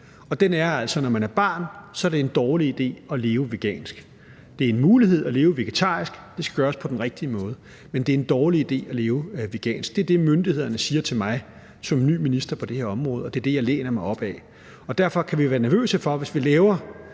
og den er altså, at når man er barn, er det en dårlig idé at leve vegansk. Det er en mulighed at leve vegetarisk, og det skal gøres på den rigtige måde, men det er en dårlig idé at leve vegansk, når man er barn. Det er det, myndighederne siger til mig som ny minister på det her område, og det er det, jeg læner mig op ad. Og derfor kan vi være nervøse for, hvis vi laver